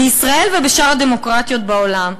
בישראל ובשאר הדמוקרטיות בעולם,